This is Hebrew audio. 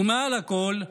ומעל הכול,